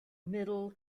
middle